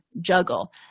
juggle